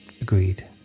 Agreed